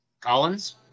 Collins